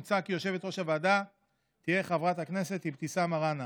מוצע כי יושבת-ראש הוועדה תהיה חברת הכנסת אבתיסאם מראענה.